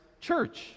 church